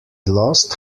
lost